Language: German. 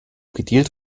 gedealt